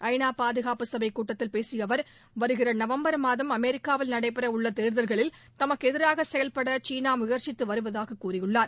ஐநா பாதுகாப்புச் சபைக் கூட்டத்தில் பேசிய அவர் வருகிற நவம்பர் மாதம் அமெரிக்காவில் நடைபெற உள்ள தேர்தல்களில் தமக்கு எதிராக செயல்பட சீனா முயற்சித்து வருவதாகக் கூறியுள்ளார்